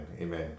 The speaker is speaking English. amen